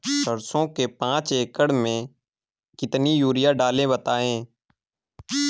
सरसो के पाँच एकड़ में कितनी यूरिया डालें बताएं?